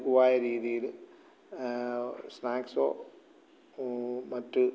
ലഘുവായരീതിയൽ സ്നാക്സോ മറ്റു